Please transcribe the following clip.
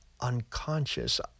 unconscious